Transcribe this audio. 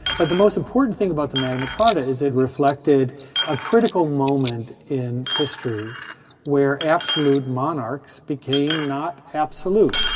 but the most important thing about the magna carta is it reflected a critical moment in history where absolute monarchs became not absolute.